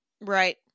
Right